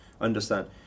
understand